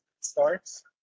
starts